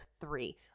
three